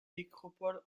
nécropole